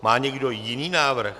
Má někdo jiný návrh?